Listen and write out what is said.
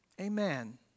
Amen